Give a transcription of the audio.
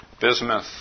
Bismuth